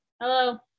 Hello